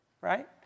right